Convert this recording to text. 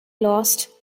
lost